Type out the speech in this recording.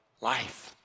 Life